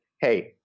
Hey